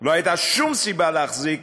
לא הייתה שום סיבה להחזיק